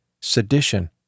sedition